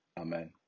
amen